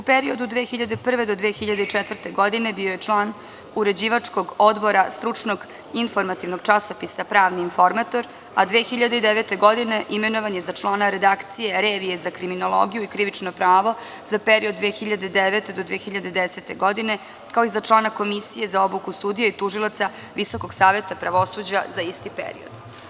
U periodu od 2001. do 2004. godine bio je član uređivačkog odbora stručnog informativnog časopisa „Pravni informator“, a 2009. godine imenovan je za člana redakcije „Revije za kriminologiju i krivično pravo“ za period od 2009. do 2010. godine, kao i za člana Komisije za obuku sudija i tužilaca Visokog saveta pravosuđa za isti period.